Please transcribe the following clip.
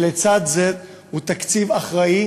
לצד זה, הוא תקציב אחראי